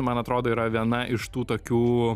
man atrodo yra viena iš tų tokių